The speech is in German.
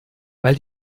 weil